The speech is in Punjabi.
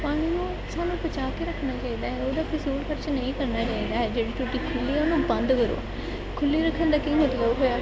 ਪਾਣੀ ਨੂੰ ਸਾਨੂੰ ਬਚਾਅ ਕੇ ਰੱਖਣਾ ਚਾਹੀਦਾ ਹੈ ਉਹਦਾ ਫਜ਼ੂਲ ਖਰਚ ਨਹੀਂ ਕਰਨਾ ਚਾਹੀਦਾ ਹੈ ਜਿਹੜੀ ਟੂਟੀ ਖੁੱਲ੍ਹੀ ਆ ਉਹਨੂੰ ਬੰਦ ਕਰੋ ਖੁੱਲ੍ਹੀ ਰੱਖਣ ਦਾ ਕੀ ਮਤਲਬ ਹੋਇਆ